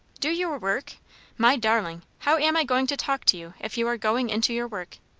do your work my darling! how am i going to talk to you, if you are going into your work?